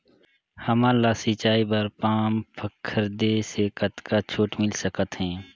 हमन ला सिंचाई बर पंप खरीदे से कतका छूट मिल सकत हे?